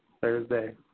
Thursday